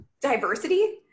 diversity